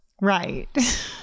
Right